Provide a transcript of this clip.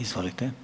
Izvolite.